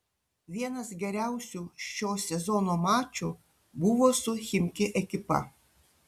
vienas geriausių šio sezono mačų buvo su chimki ekipa